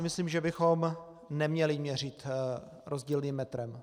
Myslím si, že bychom neměli měřit rozdílným metrem.